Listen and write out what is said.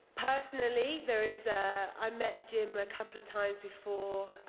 personally, there is i met jim a couple of times before.